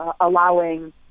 allowing